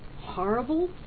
horrible